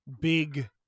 big